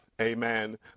amen